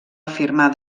afirmar